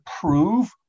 prove